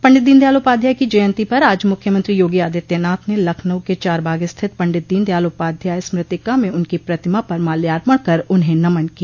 पंडित दीनदयाल उपाध्याय की जयन्ती पर आज मुख्यमंत्री योगी आदित्यनाथ ने लखनऊ के चारबाग स्थित पंडित दीनदयाल उपाध्याय स्मृतिका में उनकी प्रतिमा पर माल्यार्पण कर उन्हें नमन किया